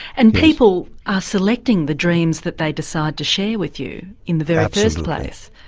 and people are selecting the dreams that they decide to share with you in the very first place.